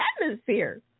atmosphere